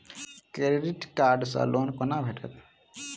Credit card सँ loan कोना भेटत?